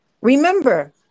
Remember